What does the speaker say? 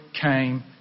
came